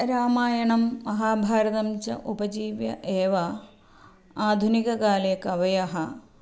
रामायणं महाभारतम् च उपजीव्य एव आधुनिककाले कवयः